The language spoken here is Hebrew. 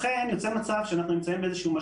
הדיון היום יעסוק בדוח מבקר המדינה מתוך דוח 70ב,